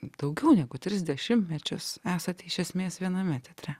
daugiau negu tris dešimtmečius esate iš esmės viename teatre